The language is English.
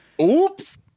oops